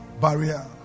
barrier